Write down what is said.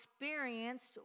experienced